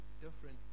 different